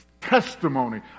testimony